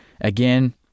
Again